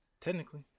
technically